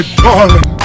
darling